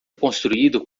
construído